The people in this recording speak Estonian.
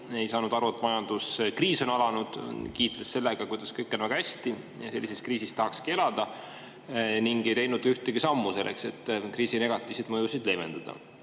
Ei saanud aru, et majanduskriis on alanud, kiitles sellega, kuidas kõik on väga hästi ja sellises kriisis tahakski elada, ning ei teinud ühtegi sammu, et kriisi negatiivseid mõjusid leevendada.